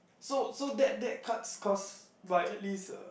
so so that that cuts cost by a least uh